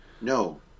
No